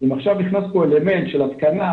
אם עכשיו נכנס פה אלמנט של התקנה,